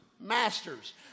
masters